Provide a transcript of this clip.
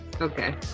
Okay